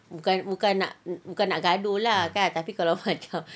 bukan bukan nak bukan nak gaduh lah tapi kalau macam